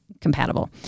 compatible